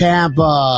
Tampa